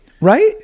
right